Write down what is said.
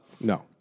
No